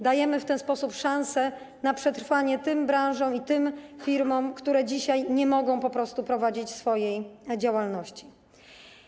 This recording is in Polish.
Dajemy w ten sposób szanse na przetrwanie tym branżom i tym firmom, które dzisiaj nie mogą prowadzić swojej działalności.